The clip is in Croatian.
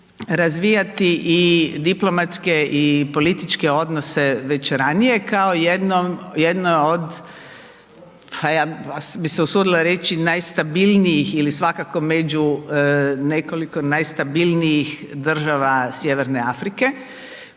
razvijati i diplomatske i političke odnose već ranije kao jedno od, pa ja bih se usudila reći, najstabilnijih ili svakako među nekoliko najstabilnijih država Sj. Afrike,